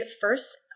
first